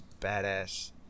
badass